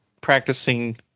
practicing